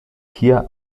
hier